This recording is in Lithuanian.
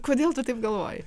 kodėl tu taip galvoji